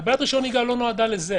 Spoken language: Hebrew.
הגבלת רישיון נהיגה לא נועדה לזה.